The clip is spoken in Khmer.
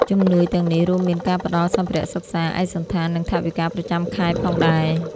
ជំនួយទាំងនេះរួមមានការផ្តល់សម្ភារៈសិក្សា ឯកសណ្ឋាន និងថវិកាប្រចាំខែផងដែរ។